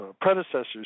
predecessors